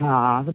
ആ അത്